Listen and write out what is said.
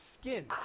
skin